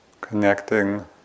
Connecting